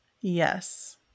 Yes